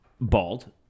bald